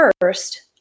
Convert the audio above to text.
First